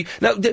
now